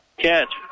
catch